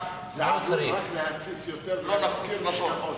עלול רק להתסיס יותר ולהזכיר נשכחות.